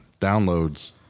downloads